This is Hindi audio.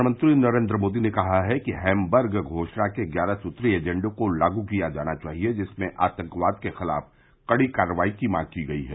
प्रधानमंत्री नरेंद्र मोदी ने कहा है कि हैम्बर्ग घोषणा के ग्यारह सूत्री एजेंडे को लागू किया जाना चाहिए जिसमें आतंकवाद के खिलाफ कड़ी कार्रवाई की मांग की गई है